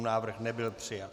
Návrh nebyl přijat.